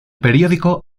periódico